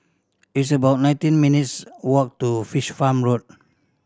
it's about nineteen minutes' walk to Fish Farm Road